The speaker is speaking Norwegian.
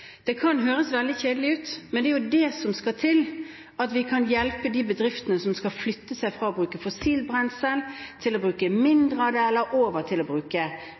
er det som skal til – at vi kan hjelpe de bedriftene som skal gå fra å bruke fossil brensel til å bruke mindre av det eller over til å bruke